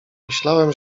myślałem